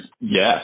Yes